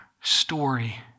story